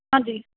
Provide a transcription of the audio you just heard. ਹਾਂਜੀ